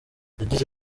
yagize